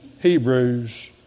Hebrews